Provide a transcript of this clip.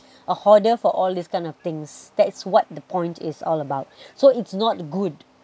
a hoarder for all these kind of things that is what the point is all about so it's not good